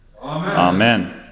Amen